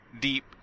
deep